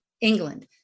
England